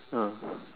ah